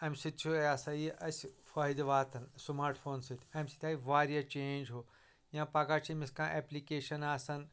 امہِ سۭتۍ چھُ یہِ ہسا یہِ اسہِ فٲیدٕ واتان سمارٹ فون سۭتۍ امہِ سۭتۍ آیہِ واریاہ چینج ہُہ یا پگاہ چھِ أمِس کانٛہہ اٮ۪پلکیشن آسان